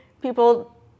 people